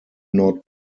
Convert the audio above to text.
not